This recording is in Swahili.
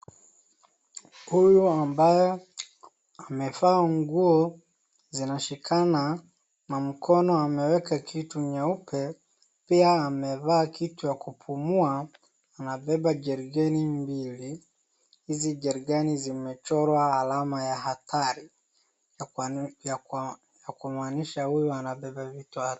Huyu ambaye amevaa nguo zinashikana na mkono ameweka kitu nyeupe pia amevaa kitu ya kupuma anabeba jericani mbili hizi jericani zimechorwa alama ya hatari ya kumaanisha huyu anabeba vitu hatari.